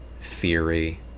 theory